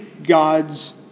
God's